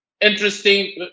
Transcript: interesting